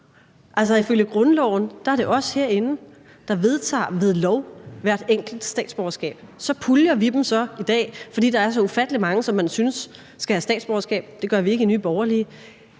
Altså, ifølge grundloven er det os herinde, der ved lov vedtager hver enkelt statsborgerskab. Så puljer vi dem så i dag, fordi der er så ufattelig mange, som man synes skal have statsborgerskab – det gør vi ikke i Nye Borgerlige